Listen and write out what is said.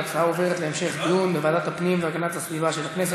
ההצעה עוברת להמשך דיון בוועדת הפנים והגנת הסביבה של הכנסת.